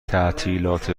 تعطیلات